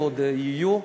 ועוד יהיו,